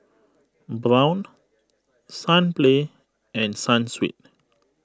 Braun Sunplay and Sunsweet